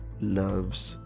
loves